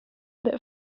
that